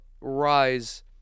rise